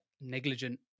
negligent